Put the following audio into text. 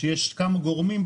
כשיש כמה גורמים,